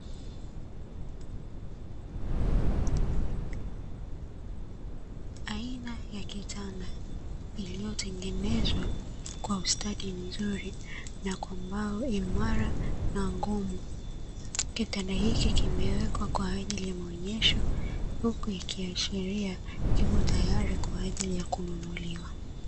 Aina ya kitanda, iliyo tengenezwa kwa ustadi mzuri na kwa mbao imara na ngumu. kitanda hiki kimewekwa kwa ajili ya maonyesho, huku ikiashiria kipo tayari kwa ajili ya kununuliwa.